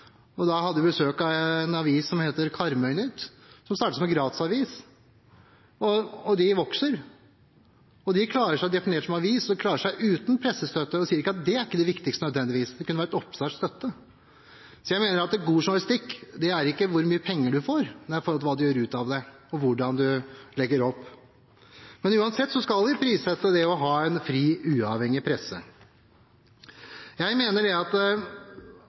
hadde besøk av en avis som heter Karmøynytt, og som startet som gratisavis. Den vokser, og definert som avis klarer den seg uten pressestøtte. Jeg sier ikke at det nødvendigvis er det viktigste, det kunne også vært oppstartsstøtte. Jeg mener at god journalistikk ikke dreier seg om hvor mye penger man får, men hva man får ut av dem, og hvordan man legger det opp. Uansett skal vi sette pris på det å ha en fri, uavhengig presse. Jeg mener at det